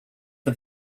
for